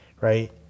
right